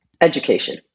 Education